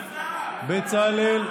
מיכאלי,